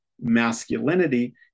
masculinity